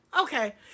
Okay